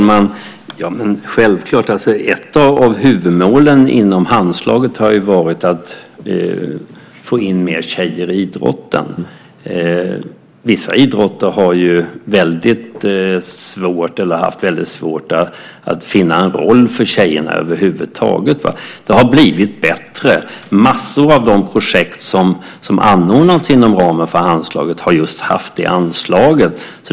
Herr talman! Självklart, ett av huvudmålen inom Handslaget har varit att få in fler tjejer i idrotten. Vissa idrotter har haft väldigt svårt att finna en roll för tjejerna över huvud taget. Det har blivit bättre. Massor av de projekt som anordnats inom ramen för Handslaget har haft just det anslaget.